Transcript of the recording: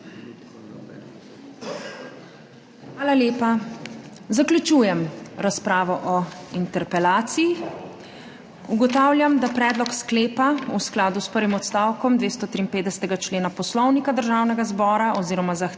Hvala lepa. Zaključujem razpravo o interpelaciji. Ugotavljam, da predlog sklepa v skladu s prvim odstavkom 253. člena Poslovnika Državnega zbora oziroma zahteva